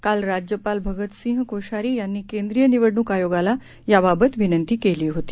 काल राज्यपाल भगतसिंग कोश्यारी यांनी केंद्रीय निवडणूक आयोगाला याबाबतविनंती केली होती